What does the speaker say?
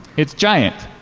it's giant.